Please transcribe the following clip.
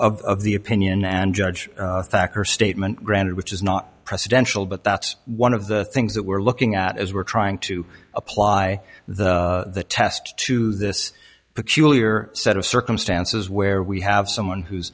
the of the opinion and judge her statement granted which is not presidential but that's one of the things that we're looking at as we're trying to apply the test to this peculiar set of circumstances where we have someone who